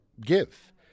give